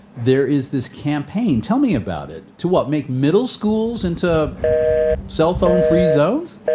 there is this campaign. tell me about it, to what, make middle schools into cellphone-free zones?